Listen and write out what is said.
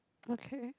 okay